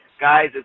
Guys